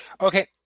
Okay